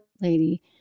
lady